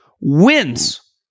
wins